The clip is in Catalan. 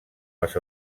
les